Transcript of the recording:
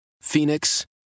Phoenix